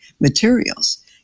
materials